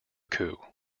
coup